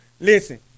listen